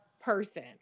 person